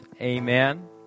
Amen